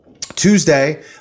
Tuesday